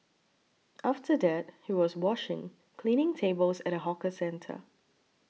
after that he was washing cleaning tables at a hawker centre